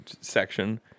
section